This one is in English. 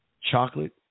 chocolate